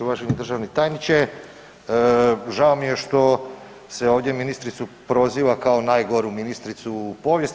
Uvaženi državni tajniče, žao mi je što se ovdje ministricu proziva kao najgoru ministricu u povijesti.